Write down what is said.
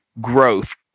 growth